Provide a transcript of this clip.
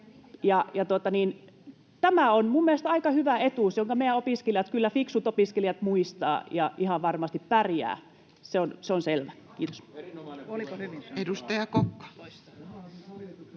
Tämä on mielestäni aika hyvä etuus, jonka kyllä meidän opiskelijat, fiksut opiskelijat, muistavat, ja he ihan varmasti pärjäävät, se on selvä. — Kiitos.